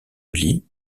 lit